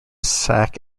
sac